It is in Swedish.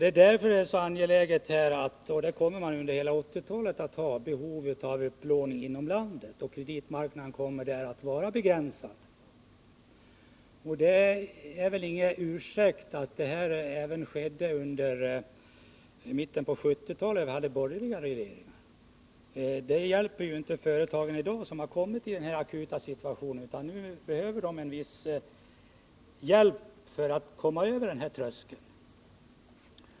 Det kommer under hela 1980-talet att finnas behov av upplåning inom landet, och kreditmarknaden kommer att vara begränsad. Det är väl ingen ursäkt att utlandsupplåningen var stor även i slutet av 1970-talet, då vi hade borgerliga regeringar. Det hjälper inte företagen i dag, som har hamnat i en akut situation. Nu behöver de viss hjälp att komma över tröskeln.